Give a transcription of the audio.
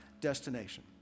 destination